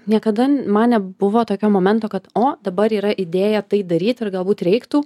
niekada man nebuvo tokio momento kad o dabar yra idėja tai daryt ir galbūt reiktų